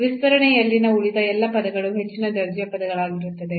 ವಿಸ್ತರಣೆಯಲ್ಲಿನ ಉಳಿದ ಎಲ್ಲಾ ಪದಗಳು ಹೆಚ್ಚಿನ ದರ್ಜೆಯ ಪದಗಳಾಗಿರುತ್ತದೆ